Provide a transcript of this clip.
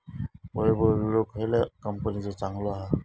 वैभव विळो खयल्या कंपनीचो चांगलो हा?